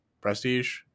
Prestige